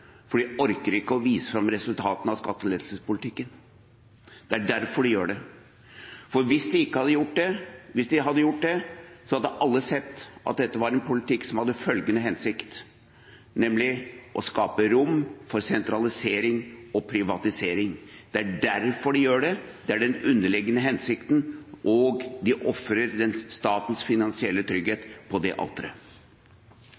Fordi de ikke orker å vise fram resultatene av skattelettelsespolitikken. Det er derfor de gjør det. Hvis de hadde gjort det, hadde alle sett at dette var en politikk som hadde til hensikt å skape rom for sentralisering og privatisering. Det er derfor de gjør det, det er den underliggende hensikten, og de ofrer statens finansielle trygghet